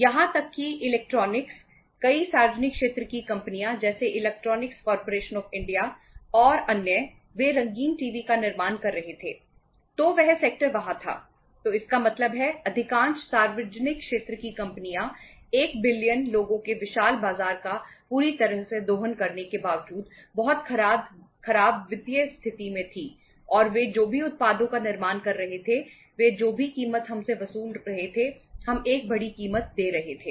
यहां तक कि इलेक्ट्रॉनिक्स लोगों के विशाल बाजार का पूरी तरह से दोहन करने के बावजूद बहुत खराब वित्तीय स्थिति में थी और वे जो भी उत्पादों का निर्माण कर रहे थे वे जो भी कीमत हम से वसूल रहे थे हम एक बड़ी कीमत दे रहे थे